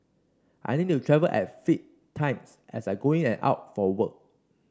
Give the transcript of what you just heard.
I need to travel at fixed times as I go in and out for work